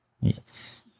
Yes